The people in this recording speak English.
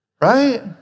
Right